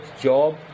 job